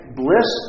bliss